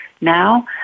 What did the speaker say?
now